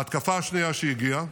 ההתקפה השנייה שהגיעה,